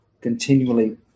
continually